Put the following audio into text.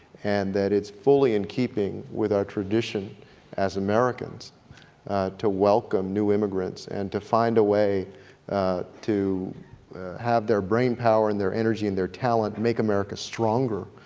and that it's fully in keeping with our tradition as americans to welcome new immigrants and to find a way to have their brain power and their energy and their talent make america stronger,